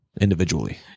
individually